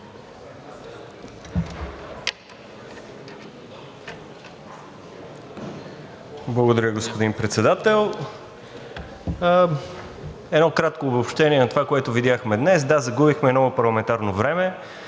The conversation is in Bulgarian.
Благодаря, господин Председател. Едно кратко обобщение на това, което видяхме днес. Да, загубихме много парламентарно време,